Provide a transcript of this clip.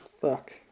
Fuck